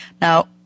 Now